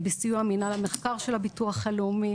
בסיוע מינהל המחקר של הביטוח הלאומי,